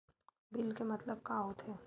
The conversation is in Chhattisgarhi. बिल के मतलब का होथे?